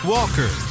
Walker